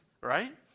right